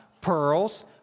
pearls